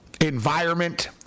environment